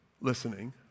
listening